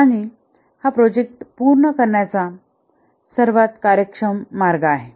आणि हा प्रोजेक्ट पूर्ण करण्याचा सर्वात कार्यक्षम मार्ग आहे